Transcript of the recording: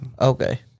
Okay